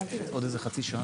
בשעה